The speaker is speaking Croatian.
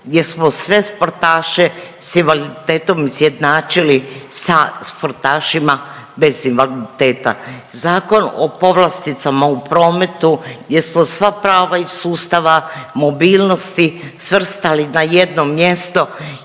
gdje smo sve sportaše s invaliditetom izjednačili sa sportašima bez invaliditeta, Zakon o povlasticama u prometu gdje smo sva prava iz sustava mobilnosti svrstali na jedno mjesto